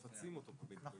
אבל